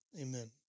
amen